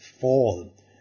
fall